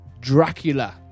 Dracula